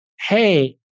hey